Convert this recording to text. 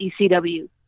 ECW